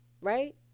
right